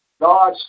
God